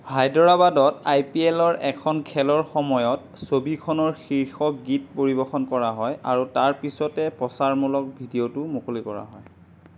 হায়দৰাবাদত I P L ৰ এখন খেলৰ সময়ত ছবিখনৰ শীৰ্ষক গীত পৰিৱেশন কৰা হয় আৰু তাৰ পিছতে প্ৰচাৰমূলক ভিডিঅ'টো মুকলি কৰা হয়